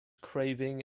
craving